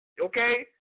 okay